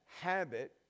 habit